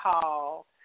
call